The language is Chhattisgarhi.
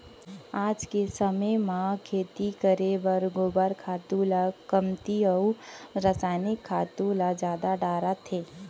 आज के समे म खेती करे बर गोबर खातू ल कमती अउ रसायनिक खातू ल जादा डारत हें